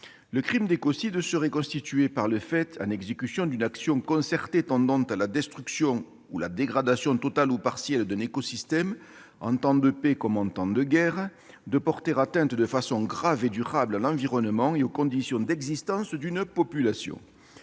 Le crime d'écocide serait constitué par « le fait, en exécution d'une action concertée tendant à la destruction ou à la dégradation totale ou partielle d'un écosystème, en temps de paix comme en temps de guerre, de porter atteinte de façon grave et durable à l'environnement et aux conditions d'existence d'une population